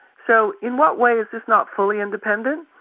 so in what way is is not fully independent?